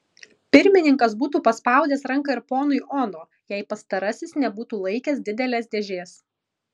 pirmininkas būtų paspaudęs ranką ir ponui ono jei pastarasis nebūtų laikęs didelės dėžės